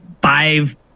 five